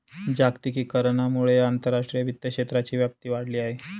जागतिकीकरणामुळे आंतरराष्ट्रीय वित्त क्षेत्राची व्याप्ती वाढली आहे